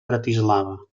bratislava